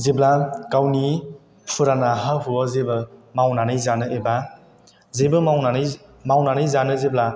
जेब्ला गावनि फुराना हा हुआव जेबो मावनानै जानो एबा जेबो मावनानै जानो जेब्ला